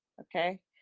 okay